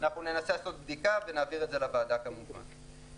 ננסה לעשות בדיקה ונעביר את זה כמובן לוועדה.